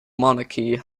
monarchy